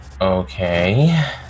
Okay